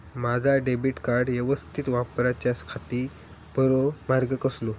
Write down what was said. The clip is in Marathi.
माजा डेबिट कार्ड यवस्तीत वापराच्याखाती बरो मार्ग कसलो?